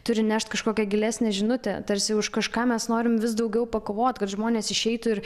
turi nešt kažkokią gilesnę žinutę tarsi už kažką mes norim vis daugiau pakovot kad žmonės išeitų ir